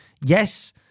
Yes